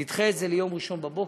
נדחה את זה ליום ראשון בבוקר.